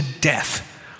death